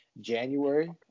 January